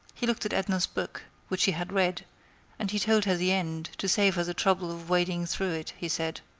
he looked at edna's book, which he had read and he told her the end, to save her the trouble of wading through it, he said.